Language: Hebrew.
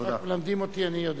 מלמדים אותי, אני יודע.